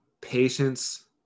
patience